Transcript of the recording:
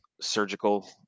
surgical